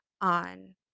on